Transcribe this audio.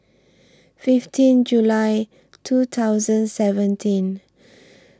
fifteen July two thousand seventeen